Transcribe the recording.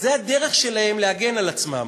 זו הדרך שלהם להגן על עצמם.